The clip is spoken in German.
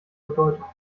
bedeutung